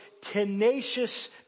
tenacious